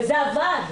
וזה עבד.